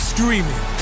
Streaming